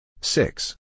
Six